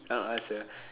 a'ah sia